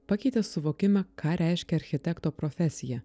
pakeitė suvokimą ką reiškia architekto profesija